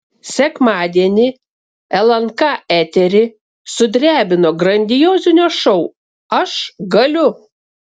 sekmadienį lnk eterį sudrebino grandiozinio šou aš galiu